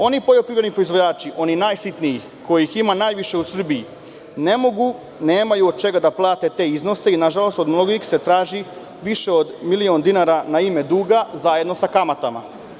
Oni poljoprivredni proizvođači, oni najsitniji, kojih ima najviše u Srbiji, ne mogu, nemaju od čega da plate te iznose i nažalost od mnogih se traži više od milion dinara na ime duga zajedno sa kamatama.